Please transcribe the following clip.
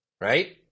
right